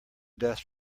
dust